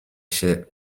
się